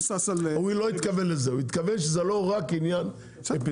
הוא לא התכוון לזה הוא התכוון שזה לא רק עניין אפידמיולוגי,